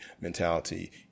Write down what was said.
mentality